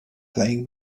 playing